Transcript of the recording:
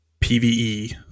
PVE